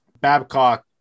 Babcock